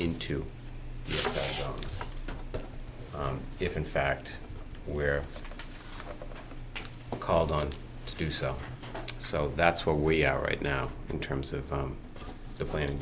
into if in fact we're called on to do so so that's where we are right now in terms of the planning